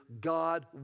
God